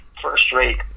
first-rate